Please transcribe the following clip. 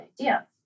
idea